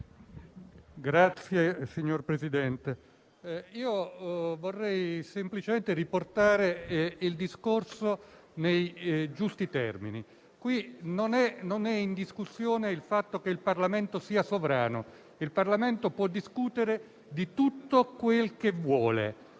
Signor Presidente, vorrei semplicemente riportare il discorso nei giusti termini. Qui non è in discussione il fatto che il Parlamento sia sovrano; il Parlamento può discutere di tutto ciò che vuole.